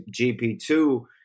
GP2